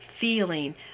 feeling